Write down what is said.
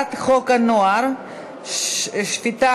הצעת חוק הנוער (שפיטה,